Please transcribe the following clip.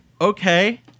Okay